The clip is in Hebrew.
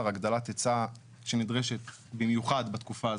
הגדלת היצע שנדרשת, במיוחד בתקופה הזאת.